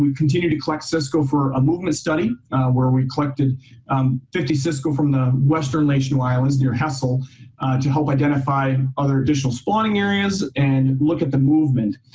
we continued to collect cisco for a movement study where we collected um fifty cisco from the western les cheneaux islands near hessel to help identify other additional spawning areas and look at the movement.